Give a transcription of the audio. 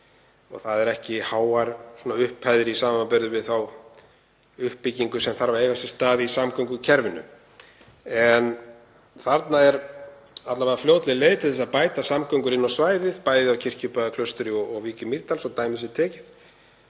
Það eru ekki háar upphæðir í samanburði við þá uppbyggingu sem þarf að eiga sér stað í samgöngukerfinu. En þarna er alla vega fljótleg leið til að bæta samgöngur inn á svæðið, bæði á Kirkjubæjarklaustri og í Vík í Mýrdal, svo dæmi sé tekið.